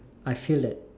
I feel that